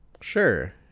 Sure